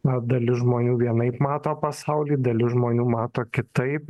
na dalis žmonių vienaip mato pasaulį dalis žmonių mato kitaip